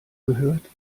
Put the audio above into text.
gehört